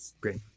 Great